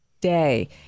day